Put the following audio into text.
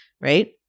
right